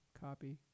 copy